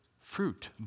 fruit